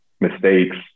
mistakes